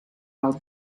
del